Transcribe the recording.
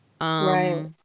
Right